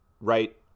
right